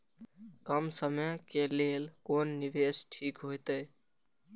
कम समय के लेल कोन निवेश ठीक होते?